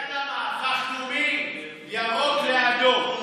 במקביל, אתה יודע למה, הפכנו מירוק לאדום,